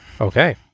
Okay